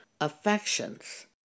affections